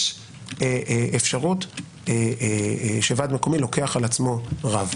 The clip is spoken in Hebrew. יש אפשרות שוועד מקומי לוקח על עצמו רב,